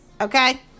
okay